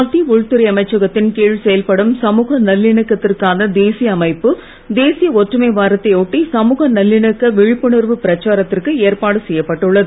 மத்திய உள்துறை அமைச்சகத்தின் கீழ் செயல்படும் சமூக நல்லிணக்கத்திற்கான தேசிய அமைப்பு தேசிய ஒற்றுமை வாரத்தை ஒட்டி சமூக நல்லிணக்க விழிப்புணர்வு பிரச்சாரத்திற்கு ஏற்பாடு செய்யப்பட்டு உள்ளது